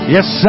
Yes